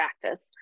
practice